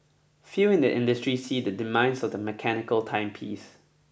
few in the industry see the demise of the mechanical timepiece